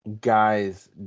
guys